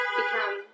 become